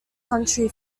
country